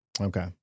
okay